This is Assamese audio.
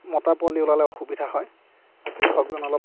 মতা পোৱালি ওলালে অসুবিধা হয় আৰু কৃষকজন অলপ